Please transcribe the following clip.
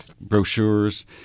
brochures